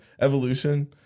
evolution